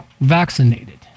vaccinated